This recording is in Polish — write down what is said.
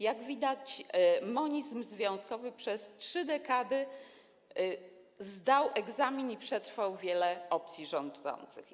Jak widać, monizm związkowy przez trzy dekady zdał egzamin i przetrwał wiele opcji rządzących.